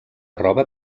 roba